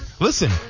listen